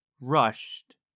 rushed